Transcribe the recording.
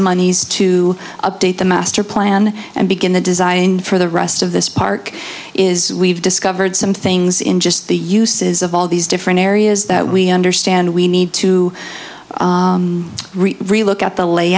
monies to update the master plan and begin the design for the rest of this park is we've discovered some things in just the uses of all these different areas that we understand we need to relook at the